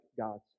God's